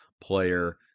player